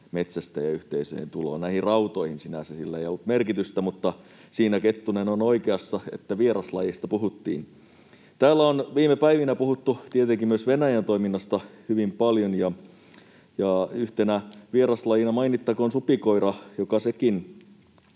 metsästäjäyhteisöjen tuloon. Näihin rautoihin sinänsä sillä ei ollut merkitystä, mutta siinä Kettunen on oikeassa, että vieraslajeista puhuttiin. Täällä on viime päivinä puhuttu tietenkin myös Venäjän toiminnasta hyvin paljon, ja yhtenä vieraslajina mainittakoon supikoira, joka sekin